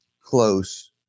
close